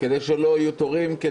כדי שלא יהיו תורים.